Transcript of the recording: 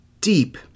deep